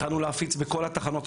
התחלנו להפיץ בכל התחנות.